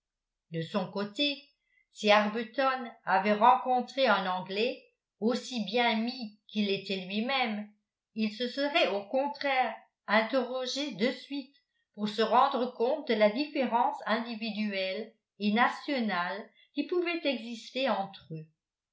de son côté si arbuton avait rencontré un anglais aussi bien mis qu'il l'était lui-même il se serait au contraire interrogé de suite pour se rendre compte de la différence individuelle et nationale qui pouvait exister entre eux